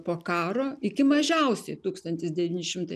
po karo iki mažiausiai tūkstantis devyni šimtai